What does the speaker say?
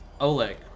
Oleg